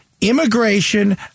immigration